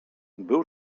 był